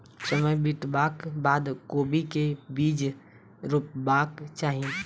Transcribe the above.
समय बितबाक बाद कोबी केँ के बीज रोपबाक चाहि?